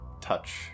Touch